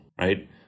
Right